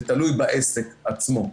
זה תלוי בעסק עצמו.